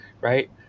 right